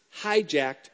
hijacked